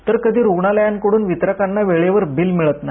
तर कधी रुग्णालयांकडून वितरकांना वेळेवर बिलं मिळत नाही